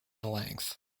length